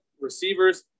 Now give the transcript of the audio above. receivers